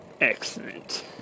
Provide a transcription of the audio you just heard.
Excellent